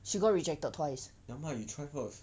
never mind you try first